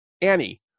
Annie